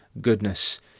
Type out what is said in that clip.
goodness